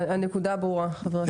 הנקודה ברורה.